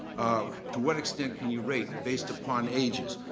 ah to what extent can you rate based upon ages?